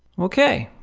okay,